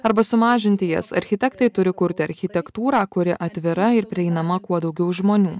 arba sumažinti jas architektai turi kurti architektūrą kuri atvira ir prieinama kuo daugiau žmonių